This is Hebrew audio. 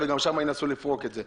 וגם שם ינסו לפרוק את זה.